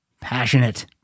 Passionate